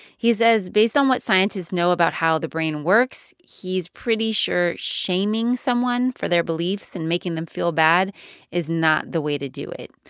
he says based on what scientists know about how the brain works, he's pretty sure shaming someone for their beliefs and making them feel bad is not the way to do it.